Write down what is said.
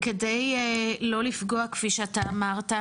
כדי לא לפגוע כפי שאתה אמרת,